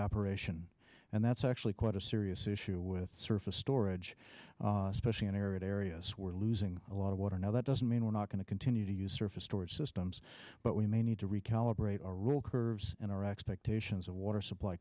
evaporation and that's actually quite a serious issue with surface storage especially an arid areas we're losing a lot of water now that doesn't mean we're not going to continue to use surface storage systems but we may need to recalibrate our role curves and our expectations of water supply